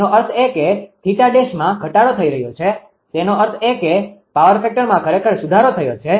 તેનો અર્થ એ કે 𝜃'માં ઘટાડો થઈ રહ્યો છે તેનો અર્થ એ કે પાવર ફેક્ટરમાં ખરેખર સુધારો થયો છે